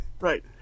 Right